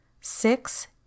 Six